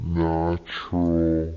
natural